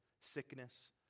Sickness